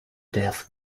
death